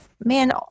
man